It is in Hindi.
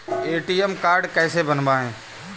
ए.टी.एम कार्ड कैसे बनवाएँ?